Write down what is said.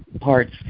parts